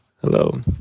hello